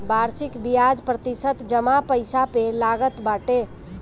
वार्षिक बियाज प्रतिशत जमा पईसा पे लागत बाटे